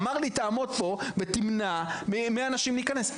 אמר לי: תעמוד פה ותמנע מאנשים להיכנס,